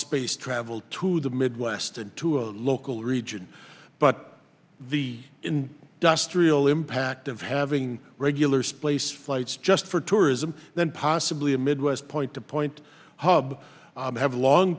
space travel to the midwest and to a local region but the in just real impact of having regular splays flights just for tourism then possibly a midwest point to point hub have long